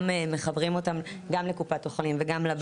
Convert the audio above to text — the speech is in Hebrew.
מחברים אותם גם לקופת החולים וגם לבנק.